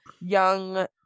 young